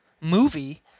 movie